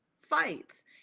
fights